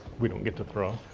we don't get to throw?